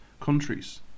countries